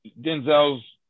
Denzel's